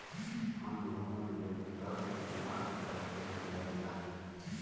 हम लोन लेब त कितना परसेंट ब्याज लागी?